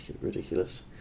ridiculous